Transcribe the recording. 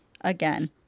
again